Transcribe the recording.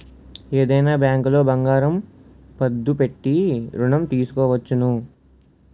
ఏదైనా బ్యాంకులో బంగారం పద్దు పెట్టి ఋణం తీసుకోవచ్చును